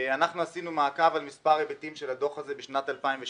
אנחנו עשינו מעקב על מספר היבטים של הדוח הזה בשנת 2016,